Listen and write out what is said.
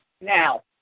Now